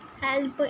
help